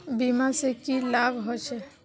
बीमा से की लाभ होचे?